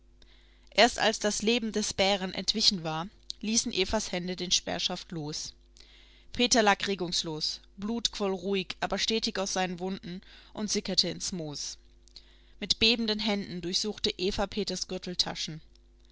erst als das leben des bären entwichen war ließen evas hände den speerschaft los peter lag regungslos blut quoll ruhig aber stetig aus seinen wunden und sickerte ins moos mit bebenden händen durchsuchte eva